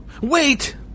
Wait